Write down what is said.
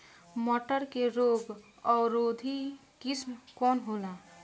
मटर के रोग अवरोधी किस्म कौन होला?